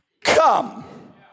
come